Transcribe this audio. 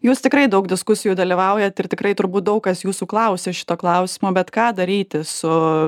jūs tikrai daug diskusijų dalyvaujat ir tikrai turbūt daug kas jūsų klausė šito klausimo bet ką daryti su